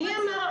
מי אמר?